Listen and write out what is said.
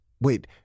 Wait